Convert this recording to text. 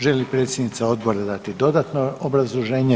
Želi li predsjednica Odbora dati dodatno obrazloženje?